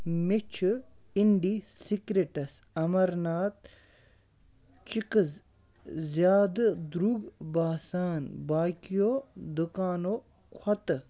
مےٚ چھُ اِنڈی سِکرِٹَس اَمَرناتھ چِکٕز زیادٕ درٛوگ باسان باقٕیو دُکانو کھۄتہٕ